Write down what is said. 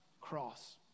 cross